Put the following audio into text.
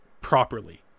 properly